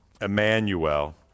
Emmanuel